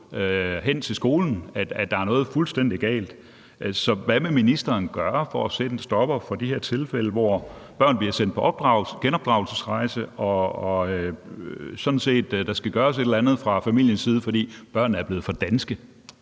hen til skolen, altså at der er noget fuldstændig galt. Så hvad vil ministeren gøre for at sætte en stopper for de her tilfælde, hvor børn bliver sendt på genopdragelsesrejse, fordi børnene er blevet for danske og der sådan set skal gøres et eller andet